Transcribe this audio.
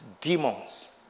Demons